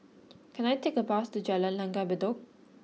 can I take a bus to Jalan Langgar Bedok